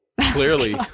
Clearly